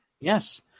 Yes